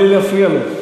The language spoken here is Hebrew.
בלי להפריע להם.